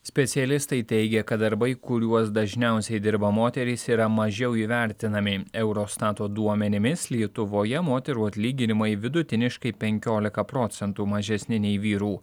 specialistai teigia kad darbai kuriuos dažniausiai dirba moterys yra mažiau įvertinami eurostato duomenimis lietuvoje moterų atlyginimai vidutiniškai penkiolika procentų mažesni nei vyrų